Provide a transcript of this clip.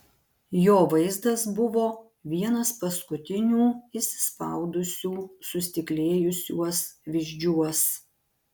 jo vaizdas buvo vienas paskutinių įsispaudusių sustiklėjusiuos vyzdžiuos